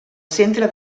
centre